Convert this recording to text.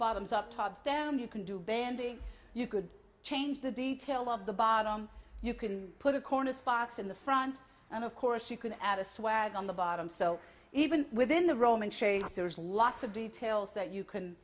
bottoms up tops down you can do banding you could change the detail of the bottom you can put a corner sparks in the front and of course you can add a sweat on the bottom so even within the roman shades there's lots of details that you can